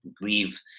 leave